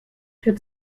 für